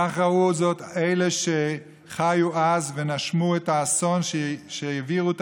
כך ראו זאת אלה שחיו אז ונשמו את האסון שהעבירו את